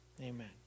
Amen